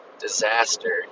disaster